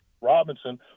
Robinson